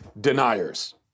deniers